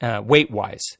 weight-wise